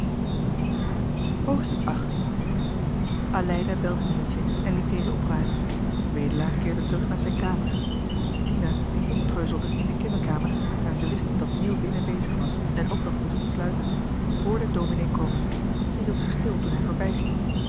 hoofdstuk aleida belde neeltje en liet deze opruimen wedelaar keerde terug naar zijn kamer dina die omtreuzelde in de kinderkamer daar ze wist dat neel binnen bezig was en ook nog moest sluiten hoorde domenee komen ze hield zich stil toen hij